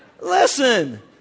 listen